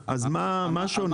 אז מה שונה?